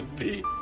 the